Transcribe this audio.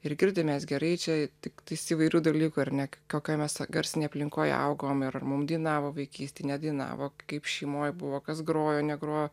ir girdim mes gerai čia tais įvairių dalykų ar net kokioj mes garsinėj aplinkoj augom ir ar mum dainavo vaikystėje nedainavo kaip šeimoje buvo kas grojo negrojo